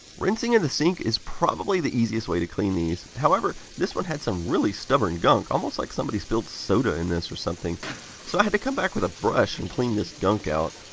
rinsing in the sink is probably the easiest way to clean these. however this one had some really stubborn gunk, almost like somebody spilled soda in this or something. so, i had to come back with a brush to and clean this gunk out.